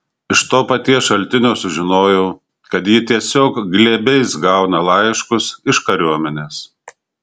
iš to paties šaltinio sužinojau kad ji tiesiog glėbiais gauna laiškus iš kariuomenės